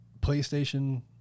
PlayStation